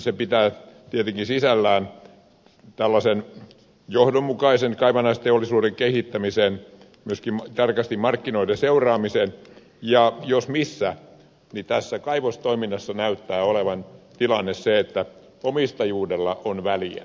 se pitää tietenkin sisällään johdonmukaisen kaivannaisteollisuuden kehittämisen myöskin tarkan markkinoiden seuraamisen ja jos missä niin tässä kaivostoiminnassa näyttää olevan tilanne se että omistajuudella on väliä